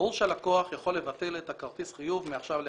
ברור שהלקוח יכול לבטל את כרטיס החיוב מעכשיו לעכשיו.